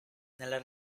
nel